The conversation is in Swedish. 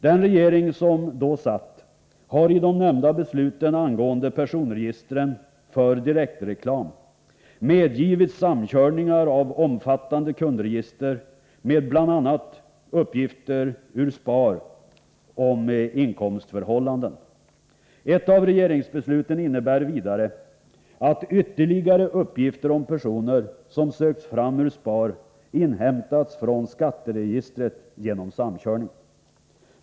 Den regering som då satt har i de nämnda besluten angående personregist ren för direktreklam medgivit samkörningar av omfattande kundregister med bl.a. uppgifter ur SPAR om inkomstförhållanden. Ett av regeringsbesluten innebär vidare att ytterligare uppgifter om personer som sökts fram ur SPAR hämtats från skatteregistret genom samkörning.